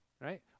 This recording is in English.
right